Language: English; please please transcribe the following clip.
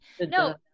no